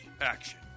Action